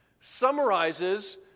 summarizes